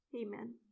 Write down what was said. Amen